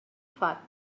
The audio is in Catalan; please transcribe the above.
fat